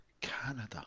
canada